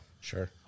Sure